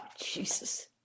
Jesus